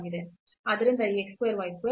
ಆದ್ದರಿಂದ ಈ x square y square